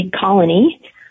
colony